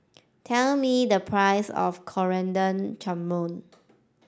tell me the price of Coriander Chutney